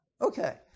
okay